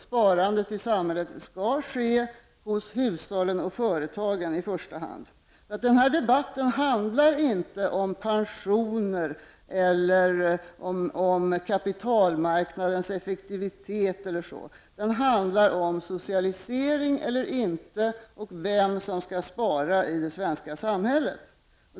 Sparandet i samhället skall i första hand ske hos hushållen och företagen. Denna debatt handlar inte om pensioner, kapitalmarknadens effektivitet eller liknande saker. Den handlar om socialisering eller inte och vem som skall spara i det svenska samhället.